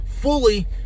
fully